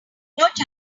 watch